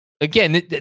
again